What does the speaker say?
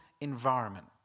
environment